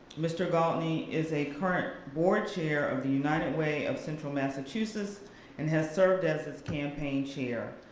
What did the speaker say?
mr. gaultney is a current board chair of the united way of central massachusetts and has served as his campaign chair.